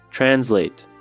Translate